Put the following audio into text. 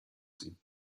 sie